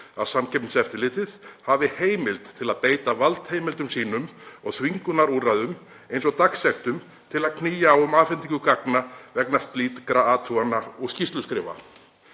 að Samkeppniseftirlitið hafi heimild til að beita valdheimildum sínum og þvingunarúrræðum eins og dagsektum til að knýja á um afhendingu gagna vegna slíkra athugana og skýrsluskrifa.“